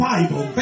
Bible